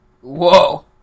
Whoa